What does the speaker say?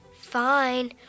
Fine